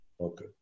Okay